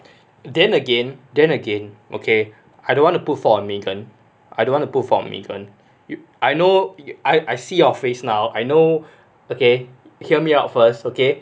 then again then again okay I don't want to put for megan I don't want to put for megan you I know I see your face now I know okay hear me out first okay